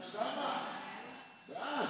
סעיפים 1